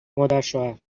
مادرشوهرچشمت